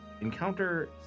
encounter